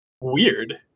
weird